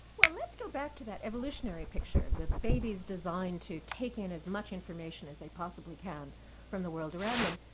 well let's go back to that evolutionary picture that babies are designed to take in as much information as they possibly can from the world around them,